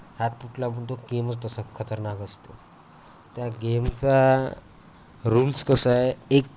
हात तुटला पण तो गेमच तसा खतरनाक असतो त्या गेमचा रुल्स कसं आहे एक